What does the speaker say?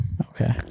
Okay